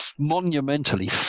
monumentally